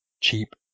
cheap